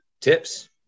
tips